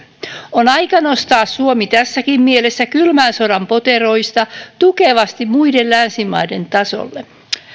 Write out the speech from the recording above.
on aika nostaa suomi tässäkin mielessä kylmän sodan poteroista tukevasti muiden länsimaiden tasolle